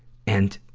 and,